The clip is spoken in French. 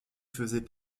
faisait